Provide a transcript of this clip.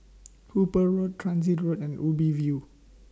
Hooper Road Transit Road and Ubi View